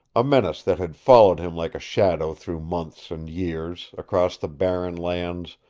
a menace that had followed him like a shadow through months and years across the barren lands,